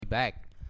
Back